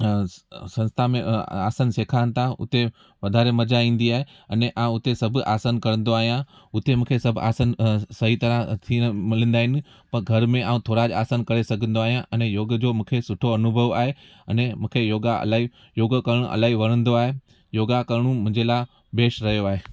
संस्था में अ अ आसन सेखारनि ता उते वधारे मज़ा ईंदी आहे अने ऐं उते सभु आसन कंदो आहियां उते मुखे सभु आसन सही तरह थी मिलंदा आहिनि पर घर में ऐं थोरा आसन करे सघंदो आहियां अने योग जो मुखे सुठो अनुभव आहे अने मूंखे योगा इलाही योग करणु इलाही वणंदो आहे योगा करूं मुंहिंजे लाइ बेस्ट रहियो आहे